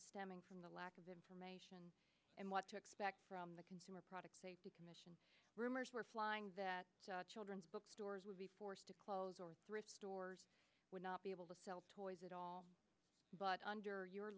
stemming from the lack of information and what to expect from the consumer product safety commission rumors were flying that children's book stores would be forced to close or thrift stores would not be able to sell toys at all but under your